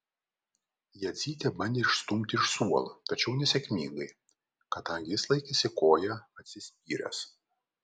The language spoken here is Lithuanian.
jadzytė bandė išstumti iš suolo tačiau nesėkmingai kadangi jis laikėsi koja atsispyręs